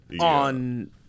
On